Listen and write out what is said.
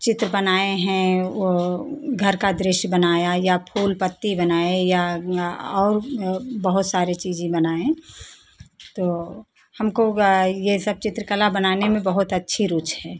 चित्र बनाए हैं वह घर का दृश्य बनाया या फूल पत्ती बनाए या या और बहुत सारी चीज़ें बनाए तो हमको यह सब चित्रकला बनाने में बहुत अच्छी रुचि है